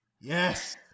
Yes